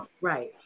Right